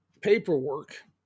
paperwork